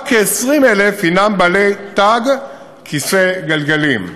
רק כ-20,000 הם בעלי תג כיסא גלגלים.